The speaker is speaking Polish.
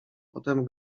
potem